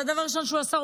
זה הדבר הראשון שהוא עשה,